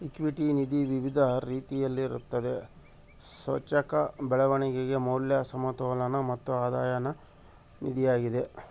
equity ನಿಧಿ ವಿವಿಧ ರೀತಿಯಲ್ಲಿರುತ್ತದೆ, ಸೂಚ್ಯಂಕ, ಬೆಳವಣಿಗೆ, ಮೌಲ್ಯ, ಸಮತೋಲನ ಮತ್ತು ಆಧಾಯದ ನಿಧಿಯಾಗಿದೆ